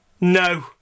No